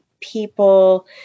people